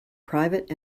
private